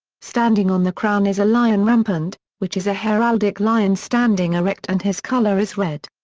standing on the crown is a lion rampant which is a heraldic lion standing erect and his colour is red.